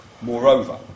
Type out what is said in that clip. Moreover